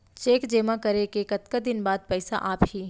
Cheque जेमा करें के कतका दिन बाद पइसा आप ही?